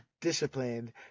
disciplined